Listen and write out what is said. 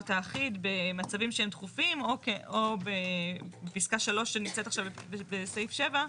האחיד במצבים שהם דחופים או בפסקה 3 שנמצאת עכשיו בסעיף 7,